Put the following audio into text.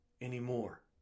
anymore